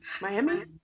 Miami